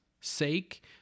sake